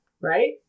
Right